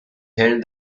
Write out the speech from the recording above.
held